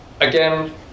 Again